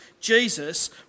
Jesus